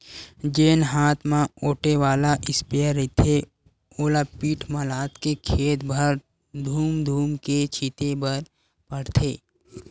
जेन हात म ओटे वाला इस्पेयर रहिथे ओला पीठ म लादके खेत भर धूम धूम के छिते बर परथे